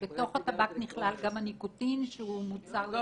בתוך הטבק נכלל גם הניקוטין שהוא מוצר לוואי?